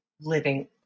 living